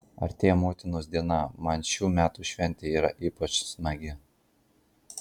artėja motinos diena man šių metų šventė yra ypač smagi